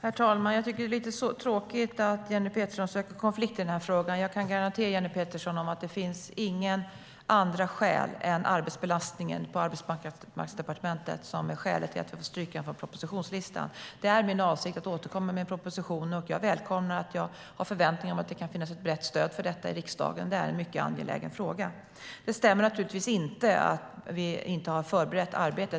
Herr talman! Jag tycker att det är lite tråkigt att Jenny Petersson söker konflikt i den här frågan. Jag kan garantera Jenny Petersson att det inte finns några andra skäl till att vi fått stryka den från propositionslistan än arbetsbelastningen på Arbetsmarknadsdepartementet. Det är min avsikt att återkomma med en proposition, och jag välkomnar och har förväntningar på att det kan finnas ett brett stöd för detta i riksdagen. Det är en mycket angelägen fråga. Det stämmer naturligtvis inte att vi inte har förberett